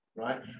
Right